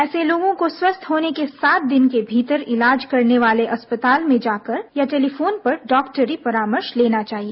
ऐसे लोगों को स्वस्थ होने के सात दिन के भीतर इलाज करने वाले अस्पताल में जाकर या टेलिफोन पर डॉक्टरी परामर्श लेना चाहिए